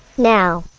now,